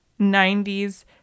90s